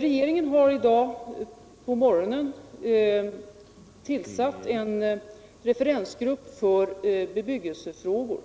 Regeringen har i dag på morgonen tillsatt en referensgrupp för bebyggelsefrågor.